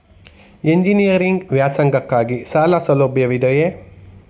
Engineering ವ್ಯಾಸಂಗಕ್ಕಾಗಿ ಸಾಲ ಸೌಲಭ್ಯವಿದೆಯೇ?